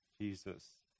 Jesus